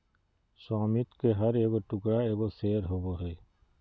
स्वामित्व के हर एगो टुकड़ा एगो शेयर होबो हइ